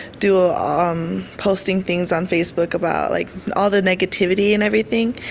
do ah ah um posting things on facebook about like all the negativity and everything,